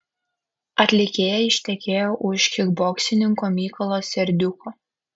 atlikėja ištekėjo už kikboksininko mykolo serdiuko